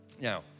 Now